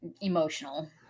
emotional